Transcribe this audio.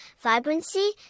vibrancy